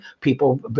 People